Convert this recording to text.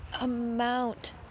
amount